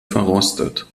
verrostet